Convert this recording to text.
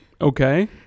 Okay